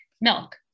milk